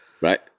Right